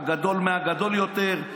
הגדול מהגדול יותר,